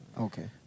Okay